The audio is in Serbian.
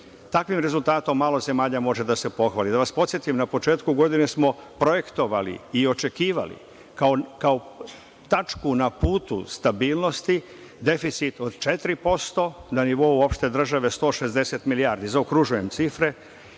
Takvim rezultatom malo zemalja može da se pohvali. Da vas podsetim. Na početku godine smo projektovali i očekivali kao tačku na putu stabilnosti deficit od 4%, nivou opšte države 160 milijardi, zaokružujem cifre,